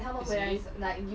is it